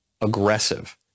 aggressive